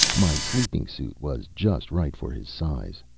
my sleeping suit was just right for his size.